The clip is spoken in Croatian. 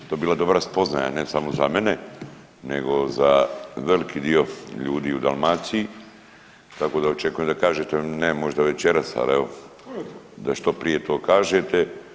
To bi bila spoznaja ne samo za mene nego za veliki dio ljudi u Dalmaciji tako da očekujem da kažete, ne možda večeras, ali evo da što prije to kažete.